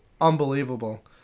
unbelievable